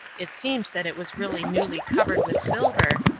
it seemed that it was really newly covered with silver,